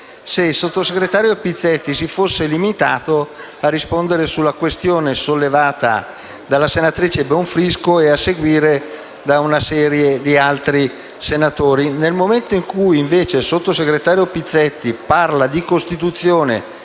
se il sottosegretario Pizzetti si fosse limitato a rispondere alla questione posta dalla senatrice Bonfrisco e a seguire da una serie di altri senatori. Nel momento in cui, invece, il sottosegretario Pizzetti parla di Costituzione,